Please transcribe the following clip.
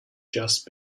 just